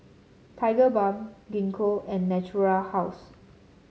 Tigerbalm Gingko and Natura House